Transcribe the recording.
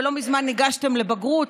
ולא מזמן ניגשתם לבגרות,